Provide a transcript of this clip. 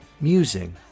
musing